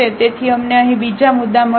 તેથી અમને અહીં બીજા મુદ્દા મળ્યાં છે